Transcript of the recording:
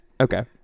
Okay